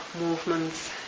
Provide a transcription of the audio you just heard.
movements